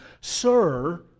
Sir